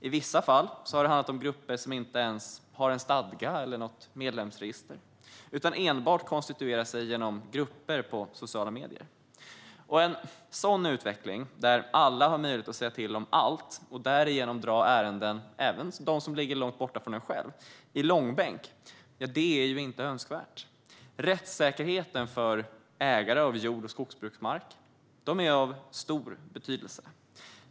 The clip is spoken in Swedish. I vissa fall har det handlat om grupper som inte ens har en stadga eller något medlemsregister utan enbart konstituerat sig genom grupper på sociala medier. En sådan utveckling, där alla har möjlighet att säga till om allt och därigenom dra ärenden i långbänk även där marken ligger långt borta från en själv, är inte önskvärd. Rättssäkerheten för ägare av jord och skogsbruksmark är av stor betydelse.